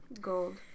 Gold